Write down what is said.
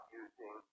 using